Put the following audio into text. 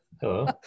Hello